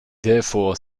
therefore